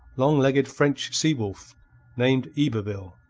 long-legged french sea-wolf named yberville,